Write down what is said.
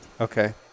Okay